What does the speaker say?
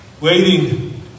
waiting